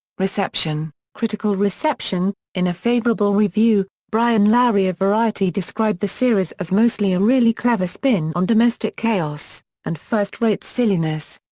reception critical reception in a favorable review, brian lowry of variety described the series as mostly a really clever spin on domestic chaos and first-rate silliness.